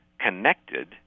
connected